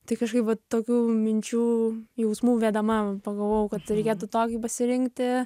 tai kažkaip va tokių minčių jausmų vedama pagalvojau kad reikėtų tokį pasirinkti